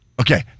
Okay